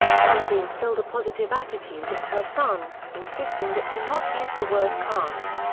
dorothy instilled a positive attitude in her son, insisting that he not use the word can't.